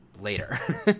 later